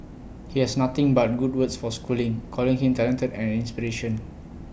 he has nothing but good words for schooling calling him talented and inspiration